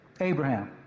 Abraham